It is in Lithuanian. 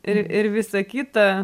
ir ir visa kita